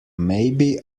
maybe